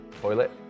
toilet